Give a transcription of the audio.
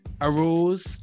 arose